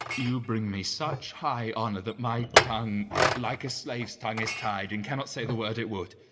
you bring me such high honour that my tongue like a slave's tongue is tied, and cannot say the word it would.